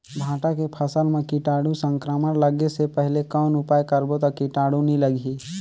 भांटा के फसल मां कीटाणु संक्रमण लगे से पहले कौन उपाय करबो ता कीटाणु नी लगही?